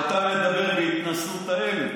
אבל אני חושב שאתה מדבר בהתנשאות עלינו.